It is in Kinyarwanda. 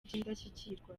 by’indashyikirwa